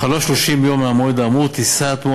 בחלוף 30 ימים מהמועד האמור תישא התמורה